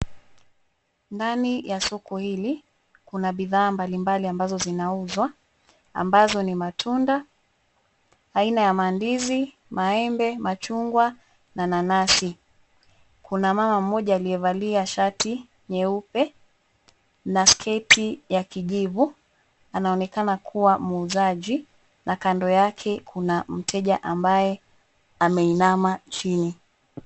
Ndani ya soko hili kuna bidhaa mbalimbali ambazo zinauzwa, ambazo ni matunda aina ya mandizi, maembe, machungwa na nanasi. Kuna mama moja aliyevalia shati nyeupe na sketi ya kijivu. Anaonekana kuwa muuzaji na kando yake kuna mteja ambaye ameinama chini.